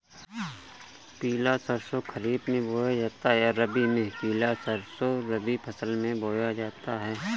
पिला सरसो खरीफ में बोया जाता है या रबी में?